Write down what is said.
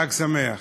חג שמח.